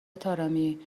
طارمی